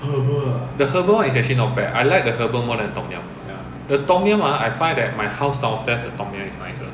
the herbal one is actually not bad I like the herbal more than tom yum the tom yum ha I I find that my house downstairs the tom yum is nicer